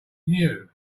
new